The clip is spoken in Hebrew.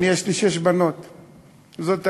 אני, יש לי שש בנות.